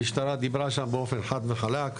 המשטרה דיברה שם באופן חד וחלק,